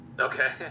Okay